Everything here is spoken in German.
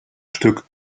stück